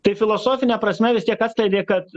tai filosofine prasme vis tiek atskleidė kad